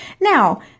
Now